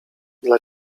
dla